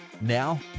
Now